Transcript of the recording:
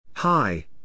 Hi